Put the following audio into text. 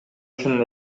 үчүн